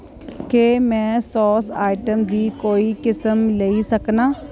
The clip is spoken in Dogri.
केह् में सास आइटम दी कोई किसम लेई सकनां